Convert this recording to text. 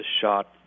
shot